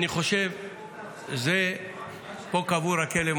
אני חושב שפה קבור הכלב,